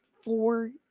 four